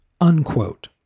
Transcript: unquote